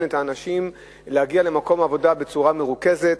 אנשים להגיע למקום העבודה בצורה מרוכזת,